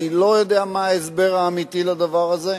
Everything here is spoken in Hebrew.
אני לא יודע מה ההסבר האמיתי לדבר הזה.